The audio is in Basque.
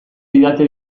didate